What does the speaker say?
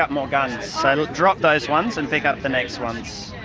up more guns. but drop those ones and pick up the next ones.